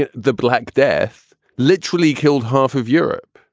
and the black death literally killed half of europe.